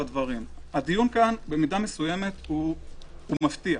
הדיון פה במידה מסוימת הוא מפתיע,